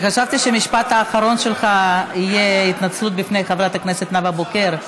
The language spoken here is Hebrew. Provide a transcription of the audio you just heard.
חשבתי שהמשפט האחרון שלך יהיה התנצלות בפני חברת הכנסת נאוה בוקר.